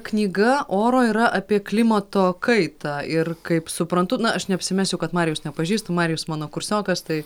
knyga oro yra apie klimato kaitą ir kaip suprantu na aš neapsimesiu kad marijaus nepažįstu marijus mano kursiokas tai